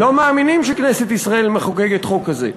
לא מאמינים שכנסת ישראל מחוקקת חוק כזה.